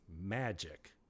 magic